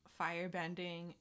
firebending